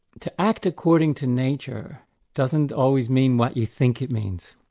to act according to nature doesn't always mean what you think it means.